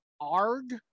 arg